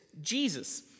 Jesus